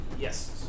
Yes